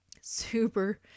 Super